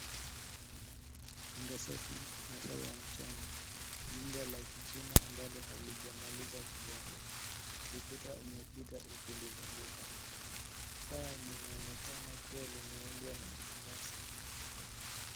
Anga safi masaa ya mchana. Nyumba la kichina ambalo halijamalizwa kujengewa. Ukuta umepita ukilizunguka. Paa linaonekana kuwa limeundwa na nyasi.